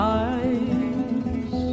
eyes